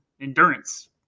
endurance